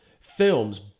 films